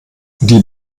die